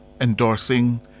endorsing